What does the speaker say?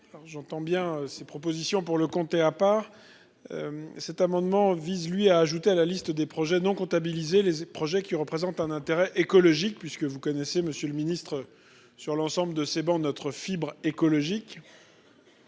j'entends bien ses propositions pour le compte et à part. Cet amendement vise lui a ajouté à la liste des projets non comptabilisé les projets qui représentent un intérêt écologique, puisque vous connaissez Monsieur le Ministre, sur l'ensemble de ces bancs notre fibre écologique.